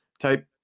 type